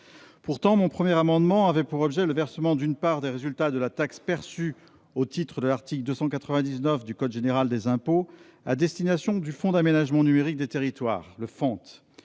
Pourtant, mon premier amendement avait pour objet le versement d'une part des résultats de la taxe perçue au titre de l'article 299 nouveau du code général des impôts au Fonds d'aménagement numérique des territoires, le FANT.